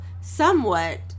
somewhat